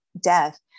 death